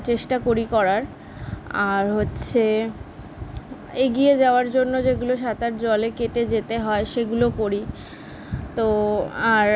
চেষ্টা করি করার আর হচ্ছে এগিয়ে যাওয়ার জন্য যেগুলো সাঁতার জলে কেটে যেতে হয় সেগুলো করি তো আর